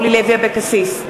נגד אורלי לוי אבקסיס,